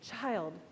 child